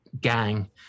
gang